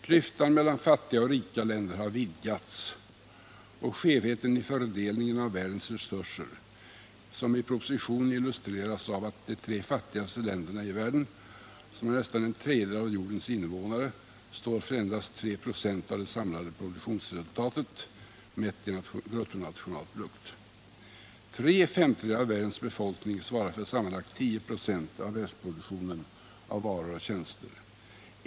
Klyftan mellan fattiga och rika länder har vidgats, och skevheten i fördelningen av världens resurser kan, som i propositionen, illustreras av att de tre fattigaste länderna i världen, som har nästan en tredjedel av jordens invånare, står för endast 3 96 av det samlade produktionsresultatet mätt i bruttonationalprodukt. Tre femtedelar av världens befolkning svarar för sammanlagt 10 96 av världsproduktionen av varor och tjänster.